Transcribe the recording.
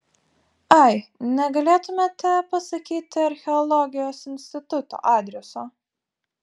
ai negalėtumėte pasakyti archeologijos instituto adreso